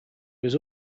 was